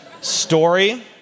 Story